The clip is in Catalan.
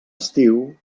estiu